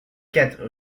quatre